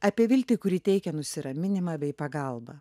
apie viltį kuri teikia nusiraminimą bei pagalbą